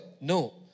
No